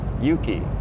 Yuki